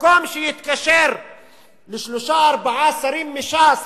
במקום להתקשר לשלושה, ארבעה שרים מש"ס,